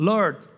Lord